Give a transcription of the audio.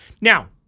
Now